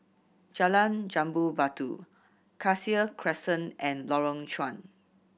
Jalan Jambu Batu Cassia Crescent and Lorong Chuan